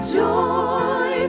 joy